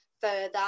further